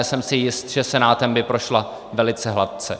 Jsem si jist, že Senátem by prošla velice hladce.